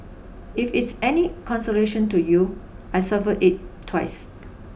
if it's any consolation to you I survived it twice